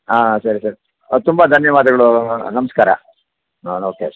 ಹಾಂ ಸರಿ ಸರ್ ಅದು ತುಂಬ ಧನ್ಯವಾದಗಳು ನಮಸ್ಕಾರ ಹಾಂ ಓಕೆ